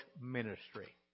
ministry